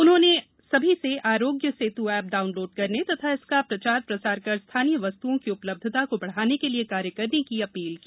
उन्होंने सभी से आराध्य सेत् एप डाउनलाइ करने तथा इसका प्रसार प्रचार कर स्थानीय वस्तुओं की उपलब्धता का बढ़ाने के लिये कार्य करने की अपील की